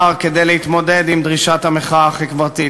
כדי להתמודד עם דרישת המחאה החברתית.